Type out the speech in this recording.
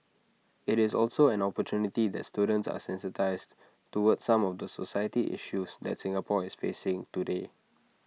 IT is also an opportunity that students are sensitised towards some of the society issues that Singapore is facing today